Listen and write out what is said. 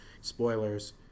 Spoilers